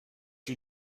you